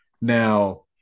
Now